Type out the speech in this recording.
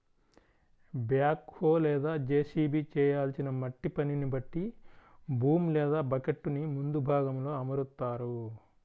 back హో లేదా JCB చేయాల్సిన మట్టి పనిని బట్టి బూమ్ లేదా బకెట్టుని ముందు భాగంలో అమరుత్తారు